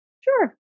sure